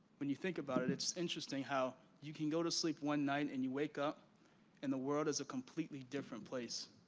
when you think about it, it's interesting how you can go to sleep one night, and you wake up and the world is a completely different place.